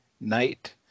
night